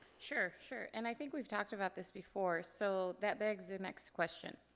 sure, sure, and i think we've talked about this before. so that begs the next question.